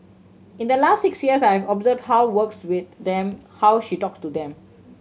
in the last six weeks I've observed how works with them how she talk to them